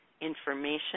information